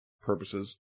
purposes